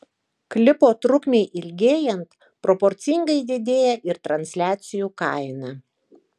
klipo trukmei ilgėjant proporcingai didėja ir transliacijų kaina